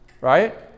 right